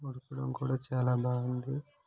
ఉడకడం కూడా చాలా బాగుంది